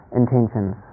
intentions